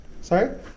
Sorry